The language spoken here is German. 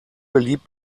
beliebt